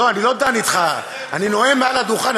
לא, אני לא דן אתך, אני נואם מעל הדוכן.